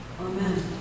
Amen